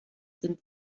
sind